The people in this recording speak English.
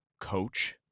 coach.